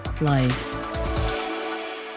life